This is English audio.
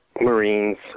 Marines